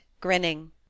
grinning